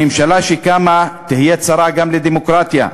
הממשלה שקמה תהיה צרה גם לדמוקרטיה,